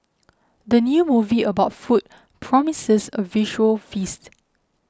the new movie about food promises a visual feast